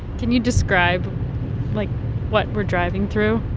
can you describe like what we're driving through?